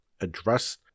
address